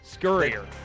scurrier